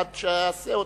עד שאהסה אותה,